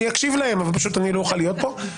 אני אקשיב להם אבל פשוט לא אוכל להיות כאן.